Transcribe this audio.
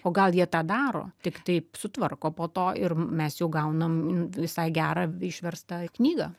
o gal jie tą daro tik taip sutvarko po to ir mes jau gaunam visai gerą išverstą knygą